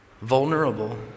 vulnerable